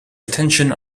attention